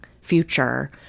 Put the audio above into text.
future